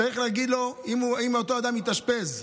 אותו אדם שמתאשפז,